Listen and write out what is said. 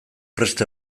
prest